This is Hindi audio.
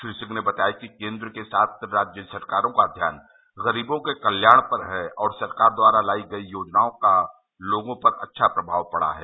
श्री सिंह ने बताया कि केंद्र के साथ राज्य सरकारों का ध्यान गरीबों के कल्याण पर है और सरकार द्वारा लाई गई योजनाओं का लोगों पर अच्छा प्रभाव पड़ा है